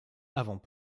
avant